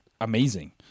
amazing